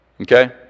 Okay